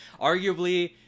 Arguably